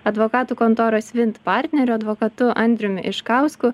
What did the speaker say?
advokatų kontoros vint partneriu advokatu andriumi iškausku